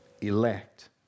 elect